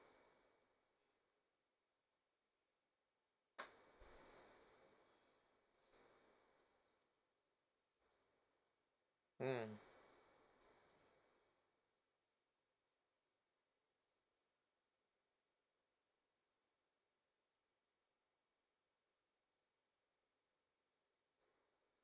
mm